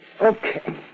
Okay